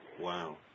wow